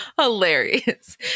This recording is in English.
hilarious